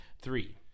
Three